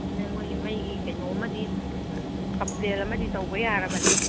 ꯑꯗꯨꯅꯦ ꯃꯣꯏꯒꯤ ꯃꯩꯒꯤ ꯀꯩꯅꯣꯝꯃꯗꯤ ꯀꯝꯄ꯭ꯂꯦꯟ ꯑꯃꯗꯤ ꯇꯧꯕ ꯌꯥꯔꯕꯅꯤ